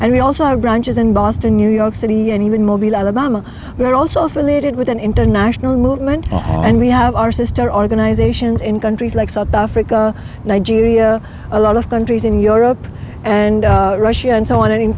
and we also have branches in boston new york city and even mobile alabama we're also affiliated with an international movement and we have our sister organizations in countries like south africa nigeria a lot of countries in europe and russia